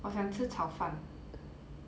我想吃炒饭